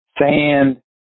sand